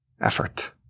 effort